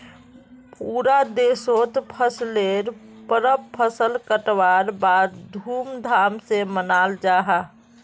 पूरा देशोत फसलेर परब फसल कटवार बाद धूम धाम से मनाल जाहा